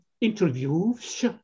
interviews